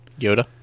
Yoda